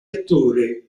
attore